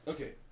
Okay